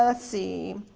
ah see,